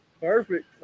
perfect